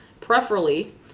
Preferably